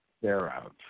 thereof